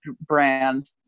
brand